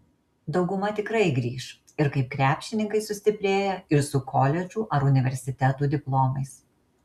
dauguma tikrai grįš ir kaip krepšininkai sustiprėję ir su koledžų ar universitetų diplomais